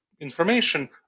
information